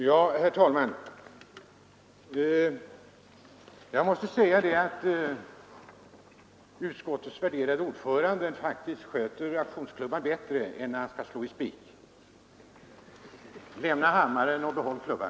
Herr talman! Utskottets värderade ordförande sköter faktiskt auktionsklubban bättre än han slår i spik. Lämna hammaren och behåll klubban!